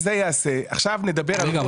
עכשיו נדבר --- רגע,